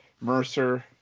Mercer